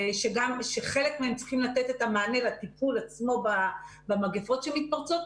שחלק מהם צריכים לתת את המענה לטיפול עצמו במגפות שמתפרצות,